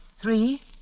Three